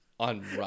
On